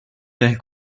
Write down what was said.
nel